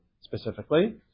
specifically